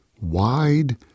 wide